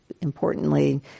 importantly